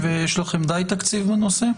ויש לכם די תקציב לנושא?